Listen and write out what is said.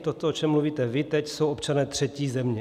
Toto, o čem mluvíte vy teď, jsou občané třetí země.